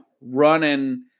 running